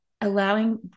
allowing